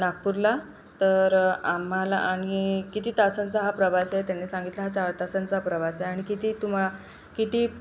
नागपूरला तर आम्हाला आणि किती तासांचा हा प्रवास आहे त्यांनी सांगितलं हा चार तासांचा प्रवास आहे आणि किती तुम्हा किती